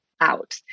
out